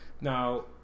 now